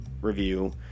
review